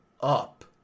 up